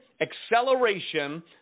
acceleration